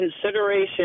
consideration